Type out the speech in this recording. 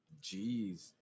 jeez